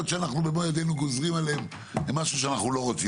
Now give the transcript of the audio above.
שאנחנו במו ידינו גוזרים עליהם משהו שאנחנו לא רוצים.